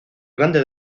grande